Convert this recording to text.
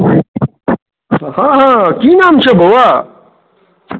हँ हँ की नाम छौ बौआ